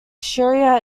sharia